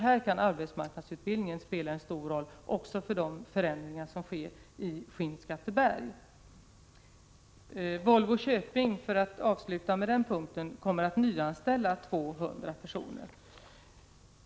Här kan arbetsmarknadsutbildningen spela en stor roll även i fråga om de förändringar som sker i Skinnskatteberg. Volvo Köping, för att avsluta med den punkten, kommer att nyanställa 200 personer.